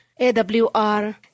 AWR